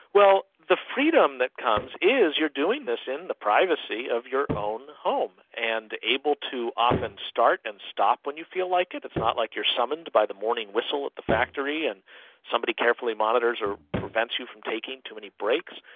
well, the freedom that comes is you're doing this in the privacy of your own home and able to often start and stop when you feel like it. it's not like you're summoned by the morning whistle at the factory and somebody carefully monitors or prevents you from taking too many breaks.